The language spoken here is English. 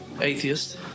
atheist